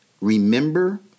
remember